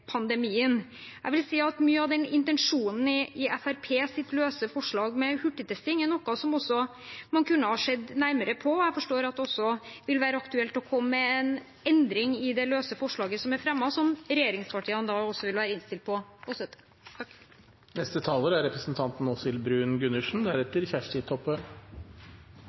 pandemien. Jeg vil også si at mye av intensjonen i Fremskrittspartiets løse forslag om hurtigtesting er noe man kunne ha sett nærmere på. Jeg forstår at det også vil være aktuelt å komme med en endring i det løse forslaget som er fremmet, noe regjeringspartiene også vil være innstilt på å støtte.